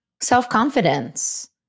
self-confidence